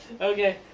Okay